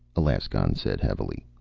alaskon said heavily.